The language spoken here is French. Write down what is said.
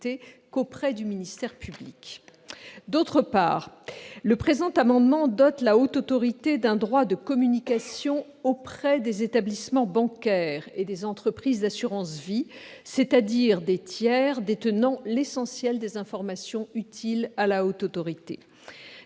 Ensuite, le présent amendement vise à doter la Haute Autorité d'un droit de communication auprès des établissements bancaires et des entreprises d'assurance vie, c'est-à-dire des tiers détenant l'essentiel des informations utiles à la Haute Autorité.